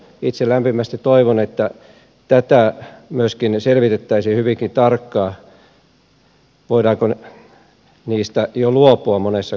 itse lämpimästi toivon että tätä selvitettäisiin hyvinkin tarkkaan että voidaanko niistä jo luopua monessa paikassa